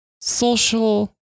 social